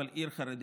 אבל עיר חרדית,